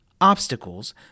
obstacles